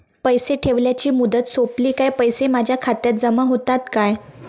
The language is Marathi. पैसे ठेवल्याची मुदत सोपली काय पैसे माझ्या खात्यात जमा होतात काय?